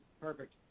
Perfect